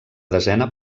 desena